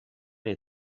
les